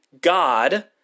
God